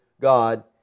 God